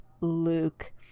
Luke